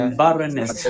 barrenness